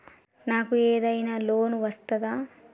నాకు ఏదైనా లోన్ వస్తదా?